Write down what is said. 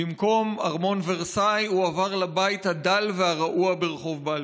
במקום ארמון ורסאי הוא עבר לבית הדל והרעוע ברחוב בלפור.